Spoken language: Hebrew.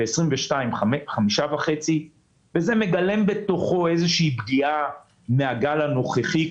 ול-2022 היא 5.5%. זה מגלם בתוכו איזו פגיעה מהגל הנוכחי,